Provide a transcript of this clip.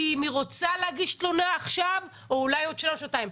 אם היא רוצה להגיש תלונה עכשיו או אולי עוד שנה-שנתיים.